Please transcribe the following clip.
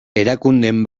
erakundeen